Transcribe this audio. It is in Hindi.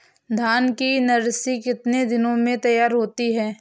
धान की नर्सरी कितने दिनों में तैयार होती है?